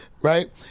right